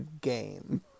game